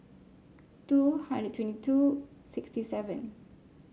two hundred twenty two sixty seven